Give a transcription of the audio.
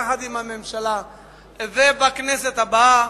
יחד עם הממשלה ובכנסת הבאה,